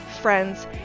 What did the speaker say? friends